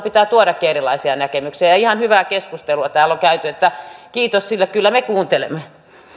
pitää tuodakin erilaisia näkemyksiä ja ihan hyvää keskustelua täällä on käyty niin että kiitos siitä kyllä me kuuntelemme